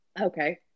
Okay